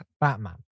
Batman